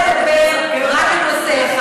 ואני רוצה לדבר רק על נושא אחד,